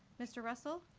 mr. russell?